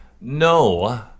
no